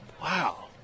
Wow